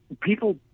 People